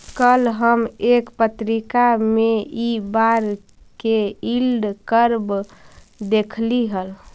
कल हम एक पत्रिका में इ बार के यील्ड कर्व देखली हल